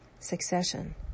Succession